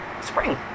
spring